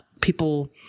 people